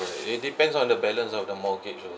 it depends on the balance of the mortgage also